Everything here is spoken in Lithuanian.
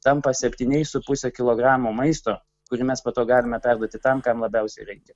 tampa septyniais su puse kilogramo maisto kurį mes po to galime perduoti tam kam labiausiai reikia